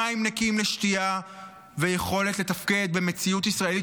מים נקיים לשתייה ויכולת לתפקד במציאות ישראלית,